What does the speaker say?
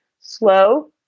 slow